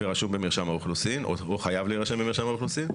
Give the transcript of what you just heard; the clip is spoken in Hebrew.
ורשום במרשם האוכלוסין או חייב להירשם במרשם האוכלוסין,